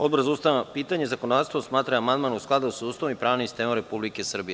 Odbor za ustavna pitanja i zakonodavstvo smatra da je amandman u skladu sa Ustavom i pravnim sistemom Republike Srbije.